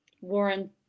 Warren